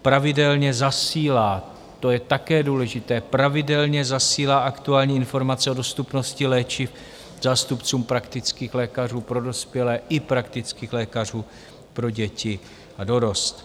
Pravidelně zasílá to je také důležité pravidelně zasílá aktuální informace o dostupnosti léčiv zástupcům praktických lékařů pro dospělé i praktických lékařů pro děti a dorost.